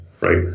right